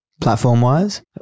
Platform-wise